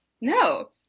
no